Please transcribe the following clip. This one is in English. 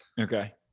Okay